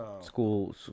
school